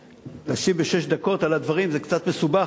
להשיב בשש דקות על הדברים זה קצת מסובך,